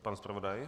Pan zpravodaj?